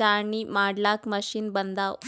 ಛಾಣಿ ಮಾಡ್ಲಾಕ್ಕ್ ಮಷಿನ್ ಬಂದವ್